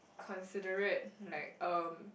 considerate like um